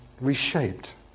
reshaped